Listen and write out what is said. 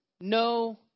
no